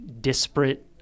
disparate